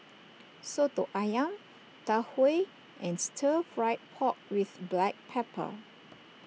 Soto Ayam Tau Huay and Stir Fried Pork with Black Pepper